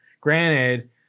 granted